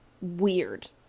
weird